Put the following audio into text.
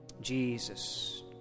Jesus